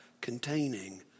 containing